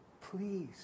Please